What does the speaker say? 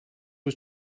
was